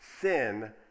sin